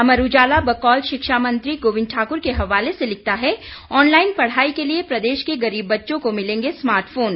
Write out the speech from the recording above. अमर उजाला बकौल शिक्षा मंत्री गोबिंद ठाकुर के हवाले से लिखता है ऑन लाईन पढ़ाई के लिए प्रदेश के गरीब बच्चों को मिलेंगे स्मार्ट फोन